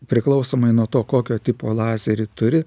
priklausomai nuo to kokio tipo lazerį turi